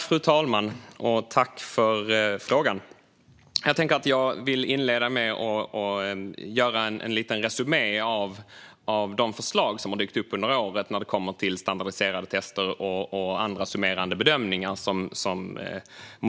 Fru talman! Jag tackar för frågan. Jag vill inleda med att göra en liten resumé av de förslag som Moderaterna har lagt fram under åren i fråga om standardiserade tester och andra summerande bedömningar.